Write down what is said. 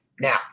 Now